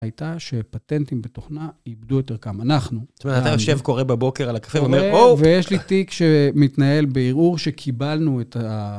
הייתה שפטנטים בתוכנה איבדו את ערכם, אנחנו... זאת אומרת, אתה יושב, קורא בבוקר על הקפה ואומר, או! ויש לי תיק שמתנהל בערעור שקיבלנו את ה...